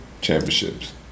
championships